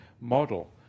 model